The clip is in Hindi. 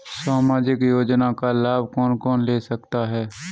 सामाजिक योजना का लाभ कौन कौन ले सकता है?